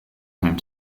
home